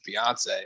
Beyonce